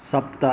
सप्त